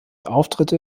auftritte